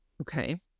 Okay